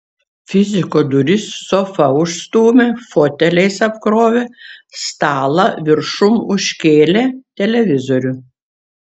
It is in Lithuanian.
fiziko duris sofa užstūmė foteliais apkrovė stalą viršum užkėlė televizorių